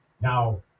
Now